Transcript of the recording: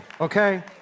okay